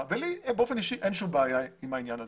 ולי באופן אישי אין שום בעיה עם העניין הזה.